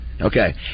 Okay